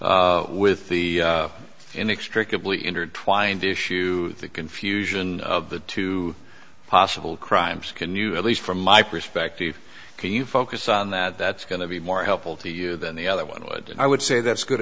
with the inextricably intertwined issue the confusion of the two possible crimes can you at least from my perspective can you focus on that that's going to be more helpful to you than the other one would i would say that's good